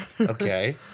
Okay